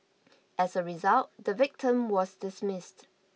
as a result the victim was dismissed